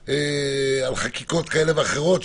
על חקיקות כאלה ואחרות,